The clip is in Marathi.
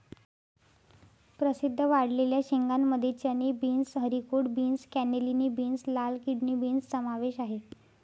प्रसिद्ध वाळलेल्या शेंगांमध्ये चणे, beans, haricot beans, cannellini beans, लाल किडनी बीन्स समावेश आहे